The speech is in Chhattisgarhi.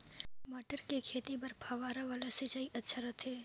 मटर के खेती बर फव्वारा वाला सिंचाई अच्छा रथे?